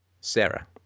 Sarah